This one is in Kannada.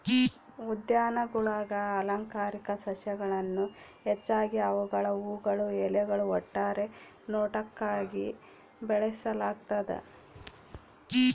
ಉದ್ಯಾನಗುಳಾಗ ಅಲಂಕಾರಿಕ ಸಸ್ಯಗಳನ್ನು ಹೆಚ್ಚಾಗಿ ಅವುಗಳ ಹೂವುಗಳು ಎಲೆಗಳು ಒಟ್ಟಾರೆ ನೋಟಕ್ಕಾಗಿ ಬೆಳೆಸಲಾಗ್ತದ